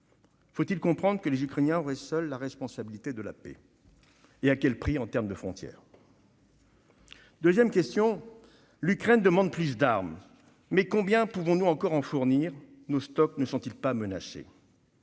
Faut-il comprendre que les Ukrainiens auraient seuls la responsabilité de la paix et à quel prix pour leurs frontières ? Deuxièmement, l'Ukraine demande plus d'armes, mais combien pouvons-nous encore en fournir ? Nos stocks ne sont-ils pas menacés ?